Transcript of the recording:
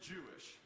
Jewish